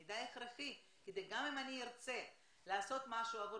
זה מידע הכרחי כדי שגם אם אני ארצה לעשות משהו עבור